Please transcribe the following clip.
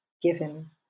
given